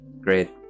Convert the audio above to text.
great